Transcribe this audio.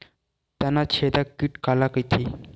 तनाछेदक कीट काला कइथे?